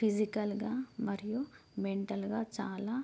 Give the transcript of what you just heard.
ఫిజికల్గా మరియు మెంటల్గా చాలా